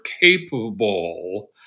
capable